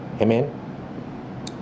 amen